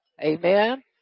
Amen